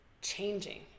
changing